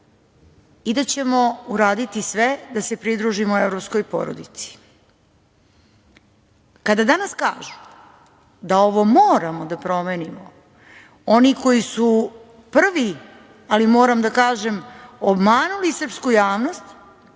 i da ćemo uraditi sve da se pridružimo evropskoj porodici. Kada danas kažu da ovo moramo da promenimo, oni koji su prvi, ali moram da kažem, obmanuli srpsku javnost